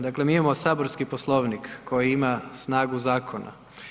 Dakle, mi imamo saborski Poslovnik koji ima snagu zakona.